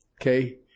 Okay